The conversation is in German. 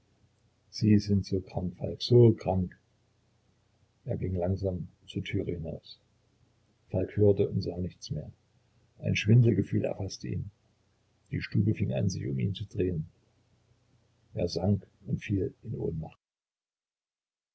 sie sind so krank falk so krank er ging langsam zur türe hinaus falk hörte und sah nichts mehr ein schwindelgefühl erfaßte ihn die stube fing an sich um ihn zu drehen er sank und fiel in ohnmacht